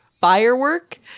firework